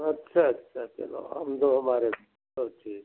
अच्छा अच्छा चलो हम दो हमारे तो ठीक